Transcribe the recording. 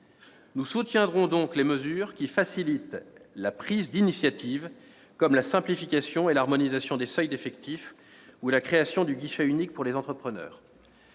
Nous soutiendrons donc les mesures qui facilitent la prise d'initiative, comme la simplification et l'harmonisation des seuils d'effectifs ou la création du guichet unique pour les entrepreneurs.